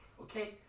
Okay